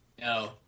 No